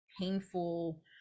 painful